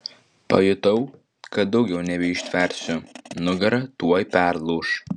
pajutau kad daugiau nebeištversiu nugara tuoj perlūš